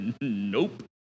Nope